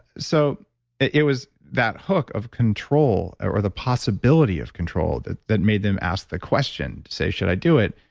so it it was that hook of control or the possibility of control that made made them ask the question to say, should i do it?